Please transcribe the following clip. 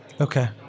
Okay